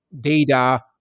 data